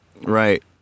Right